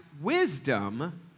wisdom